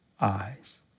eyes